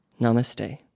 Namaste